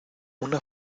una